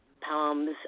palms